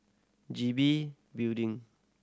G B Building